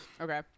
Okay